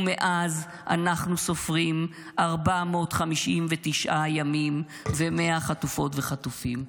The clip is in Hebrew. ומאז אנחנו סופרים 459 ימים ו-100 חטופות וחטופים.